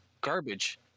garbage